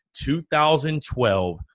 2012